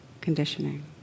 conditioning